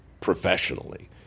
professionally